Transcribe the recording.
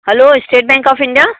hello state bank of India